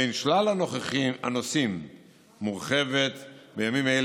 בין שלל הנושאים מורחבת בימים אלה